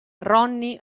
ronnie